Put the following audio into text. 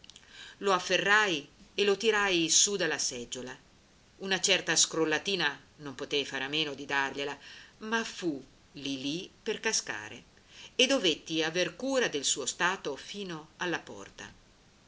lo afferrai e lo tirai su dalla seggiola una certa scrollatina non potei far a meno di dargliela ma fu lì lì per cascare e dovetti aver cura del suo stato fino alla porta